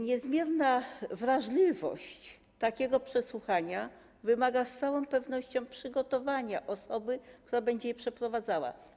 Niezmierna wrażliwość takiego przesłuchania wymaga z całą pewnością przygotowania osoby, która będzie je przeprowadzała.